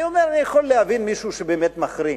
אני אומר, אני יכול להבין מישהו שבאמת מחרים,